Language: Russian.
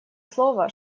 слово